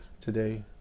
today